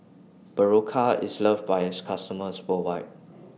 Berocca IS loved By its customers worldwide